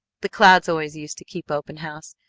the clouds always used to keep open house.